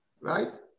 right